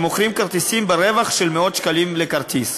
ספסרים שמוכרים כרטיסים ברווח של מאות שקלים לכרטיס.